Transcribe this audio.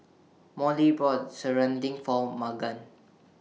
Molly brought Serunding For Magan